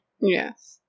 Yes